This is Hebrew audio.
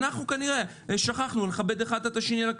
אנחנו כנראה שכחנו לכבד אחד את השני על הכבישים.